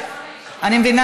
אני מבינה,